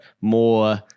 more